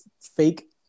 fake